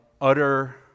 utter